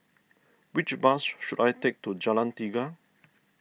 which bus should I take to Jalan Tiga